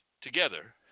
together